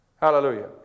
Hallelujah